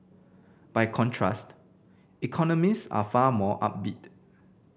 by contrast economist are far more upbeat